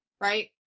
right